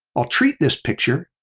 i'll treat this picture